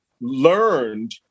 learned